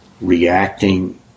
reacting